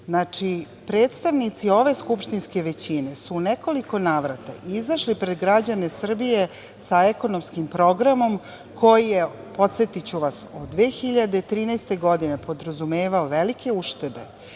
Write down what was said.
predstavnici ove skupštinske većine su u nekoliko navrata izašli pred građane Srbije za ekonomskim programom koji je, podsetiću vas, od 2013. godine podrazumevao velike uštede,